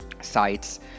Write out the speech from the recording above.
sites